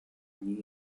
new